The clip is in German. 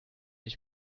ich